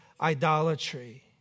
idolatry